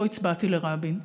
לא הצבעתי לרבין.